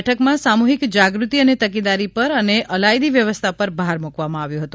બેઠકમાં સામૂહિક જાગૃતિ અને તકેદારી પર અને અલાયદી વ્યવસ્થા પર ભાર મૂકવામાં આવ્યો હતો